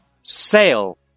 sale